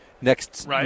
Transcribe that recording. next